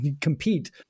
compete